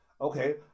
okay